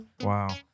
Wow